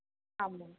ஆமாம்